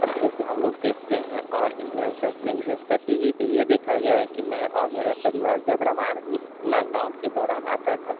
अच्छे से हम लोग देखते हैं और इंजॉय करते हैं विशेषतः टी वी पर ये देखा गया है कि मैं और मेरा परिवार जब रामायण लाकडाउन के दौरान आता था